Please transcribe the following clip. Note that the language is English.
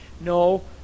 no